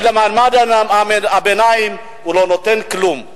אבל למעמד הביניים הוא לא נותן כלום.